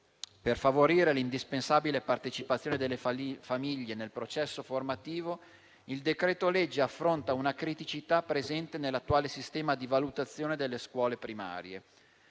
per favorire l'indispensabile partecipazione delle famiglie nel processo formativo, il disegno di legge affronta una criticità presente nell'attuale sistema di valutazione delle scuole primarie.